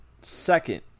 second